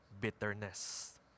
bitterness